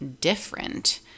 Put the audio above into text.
different